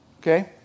Okay